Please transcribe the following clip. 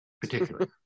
particularly